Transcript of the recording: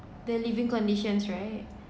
their living conditions right